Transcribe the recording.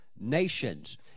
nations